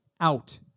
out